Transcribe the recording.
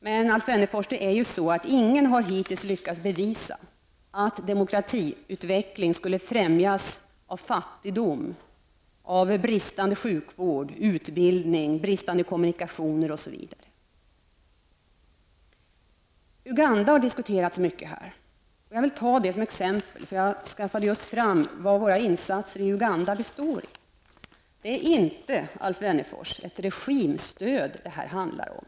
Men, Alf Wennerfors, ingen har hittills lyckats bevisa att demokratiutveckling skulle främjas av fattigdom och av bristande sjukvård, utbildning, kommunikationer osv. Uganda har diskuterats mycket här, och jag vill ta detta land som exempel, eftersom jag just fått fram uppgifter på vad våra insatser i Uganda består i. Det är inte, Alf Wennerfors, ett regimstöd det handlar om.